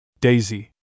Daisy